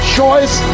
choice